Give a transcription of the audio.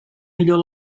millor